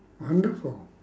wonderful